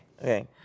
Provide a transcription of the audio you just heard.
Okay